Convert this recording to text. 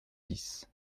dix